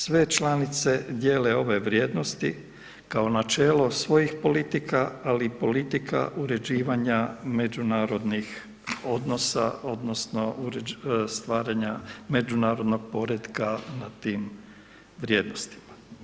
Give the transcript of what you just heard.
Sve članice dijele ove vrijednosti kao načelo svojih politika, ali i politika uređivanja međunarodnih odnosa odnosno stvaranja međunarodnog poretka na tim vrijednostima.